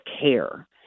care